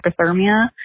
hypothermia